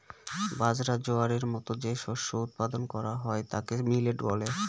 বাজরা, জোয়ারের মতো যে শস্য উৎপাদন করা হয় তাকে মিলেট বলে